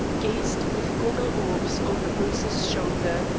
gazed with goggle orbs over bruce's shoulder.